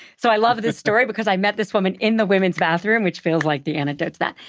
so i love this story, because i met this woman in the women's bathroom, which feels like the anecdote to that.